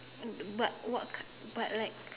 but what kind but like